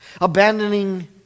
abandoning